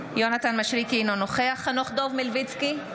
אינו נוכח חנוך דב מלביצקי,